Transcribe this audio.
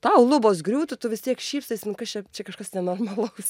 tau lubos griūtų tu vis tiek šypsais nu kas čia čia kažkas nenormalaus